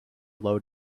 low